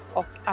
och